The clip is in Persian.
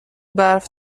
برف